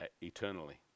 eternally